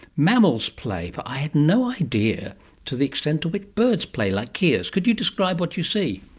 mammals play but i had no idea to the extent to which birds play like keas. could you describe what you see?